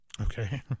Okay